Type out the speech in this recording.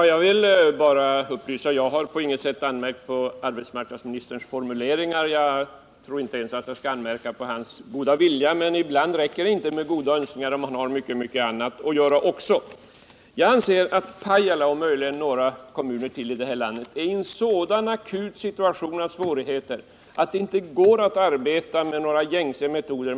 Herr talman! Jag har inte på något sätt anmärkt på arbetsmarknadsministerns formuleringar. Jag skall inte ens anmärka på hans goda vilja. Men ibland räcker det inte med goda önskningar — det måste göras mycket mera. Jag anser att Pajala och några ytterligare kommuner i landet befinner sig i en så akut situation att man inte kan arbeta med gängse metoder.